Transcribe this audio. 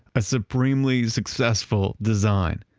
a supremely, successful design.